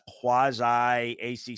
quasi-ACC